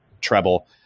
treble